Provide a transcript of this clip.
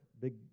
big